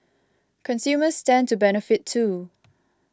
consumers stand to benefit too